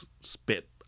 spit